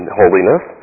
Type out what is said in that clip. holiness